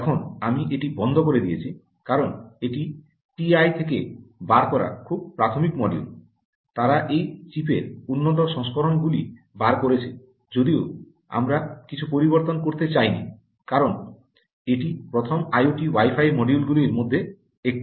এখন আমি এটি বন্ধ করে দিয়েছি কারণ এটি টিআই থেকে বার করা খুব প্রাথমিক মডিউল তারা এই চিপের উন্নত সংস্করণগুলি বার করেছে যদিও আমরা কিছু পরিবর্তন করতে চাইনি কারণ এটি প্রথম আইওটি ওয়াই ফাই মডিউল গুলির মধ্যে একটি